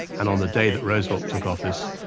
and on the day that roosevelt took office,